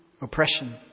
oppression